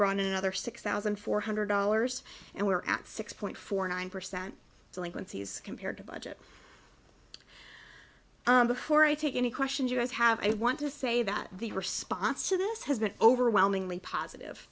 brought in another six thousand four hundred dollars and we're at six point four nine percent delinquencies compared to budget before i take any questions you guys have i want to say that the response to this has been overwhelmingly positive